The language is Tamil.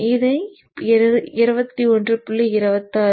நேரம் பார்க்க 2126